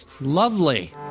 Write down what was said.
lovely